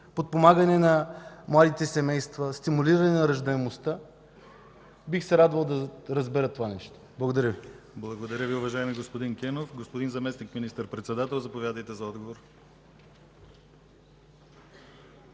подпомагане на младите семейства, стимулиране на раждаемостта. Бих се радвал да разбера това нещо. Благодаря Ви. ПРЕДСЕДАТЕЛ ДИМИТЪР ГЛАВЧЕВ: Благодаря Ви, уважаеми господин Кенов. Господин Заместник министър-председател, заповядайте за отговор.